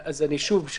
שוב,